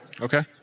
Okay